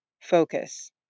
Focus